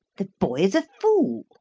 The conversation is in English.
the boy is a fool.